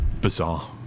bizarre